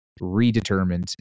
redetermined